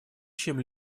чем